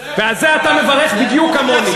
ועל זה אתה מברך בדיוק כמוני.